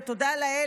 ותודה לאל,